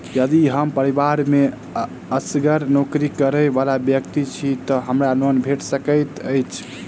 यदि हम परिवार मे असगर नौकरी करै वला व्यक्ति छी तऽ हमरा लोन भेट सकैत अछि?